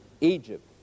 Egypt